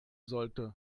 sollte